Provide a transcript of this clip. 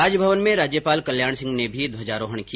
राज भवन में राज्यपाल कल्याण सिंह ने भी ध्वजारोहण किया